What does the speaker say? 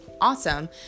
awesome